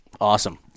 awesome